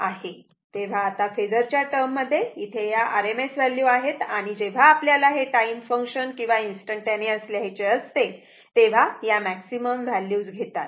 तेव्हा आता फेजर च्या टर्म मध्ये इथे या सर्व RMS व्हॅल्यूज आहे आणि जेव्हा आपल्याला हे टाईम फंक्शन किंवा इन्स्टंटटेनिअस लिहायचे असते तेव्हा या मॅक्सिमम व्हॅल्यूज घेतात